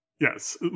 Yes